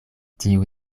tiu